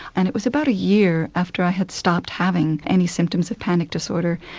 and it was about a year after i had stopped having any symptoms of panic disorder.